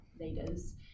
leaders